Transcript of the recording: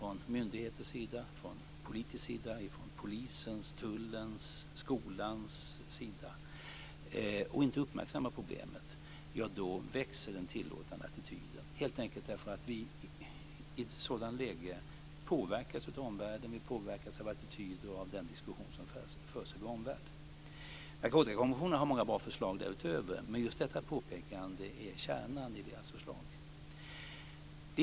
Om myndigheterna, politikerna, polisen, tullen och skolan släpper efter och inte uppmärksammar problemet växer den tillåtande attityden ytterligare, helt enkelt därför att vi i ett sådant läge påverkas av omvärlden och av den diskussion som förs där. Narkotikakommissionen har många bra förslag därutöver, men just detta påpekande är kärnan i dess förslag.